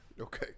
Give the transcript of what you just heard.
Okay